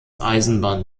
eisenbahn